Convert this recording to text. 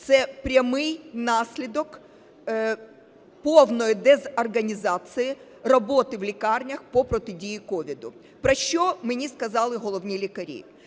це прямий наслідок повної дезорганізації роботи в лікарнях по протидії COVID. Про що мені сказали головні лікарі?